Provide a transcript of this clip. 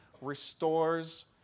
restores